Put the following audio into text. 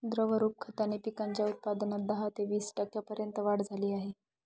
द्रवरूप खताने पिकांच्या उत्पादनात दहा ते वीस टक्क्यांपर्यंत वाढ झाली आहे